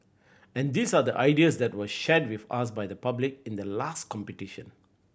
and these are the ideas that were shared with us by the public in the last competition